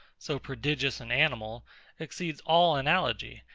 so prodigious an animal exceeds all analogy,